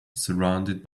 surrounded